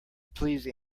please